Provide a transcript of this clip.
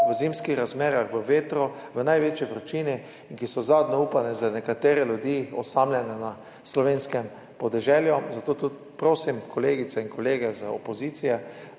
v zimskih razmerah, v vetru, v največji vročini in ki so zadnje upanje za nekatere ljudi, ki so osamljeni na slovenskem podeželju. Zato tudi prosim kolegice in kolege iz opozicije,